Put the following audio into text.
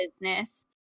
business